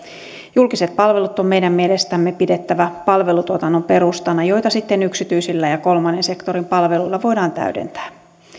julkiset palvelut on meidän mielestämme pidettävä palvelutuotannon perustana jota sitten yksityisillä ja kolmannen sektorin palveluilla voidaan täydentää